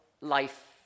life